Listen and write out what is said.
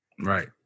Right